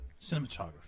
cinematography